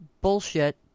bullshit